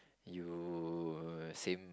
you same